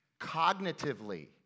cognitively